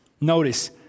Notice